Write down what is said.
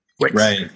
right